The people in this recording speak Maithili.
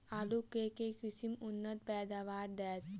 आलु केँ के किसिम उन्नत पैदावार देत?